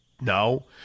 No